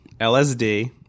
lsd